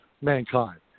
mankind